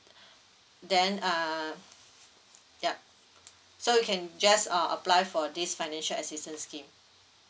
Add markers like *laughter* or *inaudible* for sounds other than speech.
*breath* then err yup so you can just uh apply for this financial assistance scheme